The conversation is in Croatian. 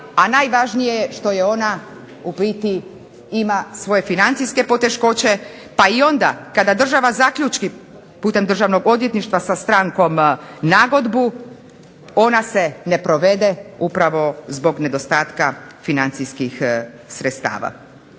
a najvažnije je što je ona u biti ima svoje financijske poteškoće, pa i onda kada država zaključi putem Državnog odvjetništva sa strankom nagodbu, ona se ne provede upravo zbog nedostatka financijskih sredstava.